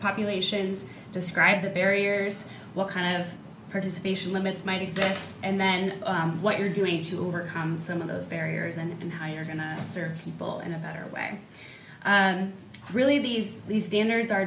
populations describe the barriers what kind of participation limits might exist and then what you're doing to overcome some of those barriers and how you're going to serve people in a better way really these these dinners are